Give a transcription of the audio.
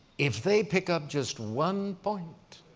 if they pick up just one point,